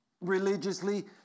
religiously